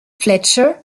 fletcher